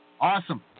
Awesome